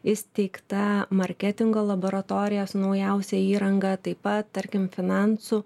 įsteigta marketingo laboratorijos naujausia įranga taip pat tarkim finansų